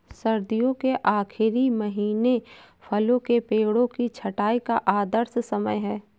सर्दियों के आखिरी महीने फलों के पेड़ों की छंटाई का आदर्श समय है